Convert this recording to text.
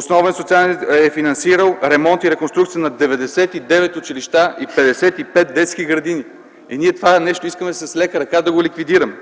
Социално-инвестиционният фонд е финансирал ремонт и реконструкция на 99 училища и 55 детски градини. И ние това нещо искаме с лека ръка да го ликвидираме.